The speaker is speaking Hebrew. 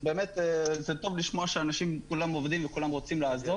זה טוב לשמוע שאנשים כולם עובדים וכולם רוצים לעזור.